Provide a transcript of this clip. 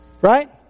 Right